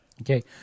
Okay